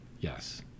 Yes